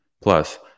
Plus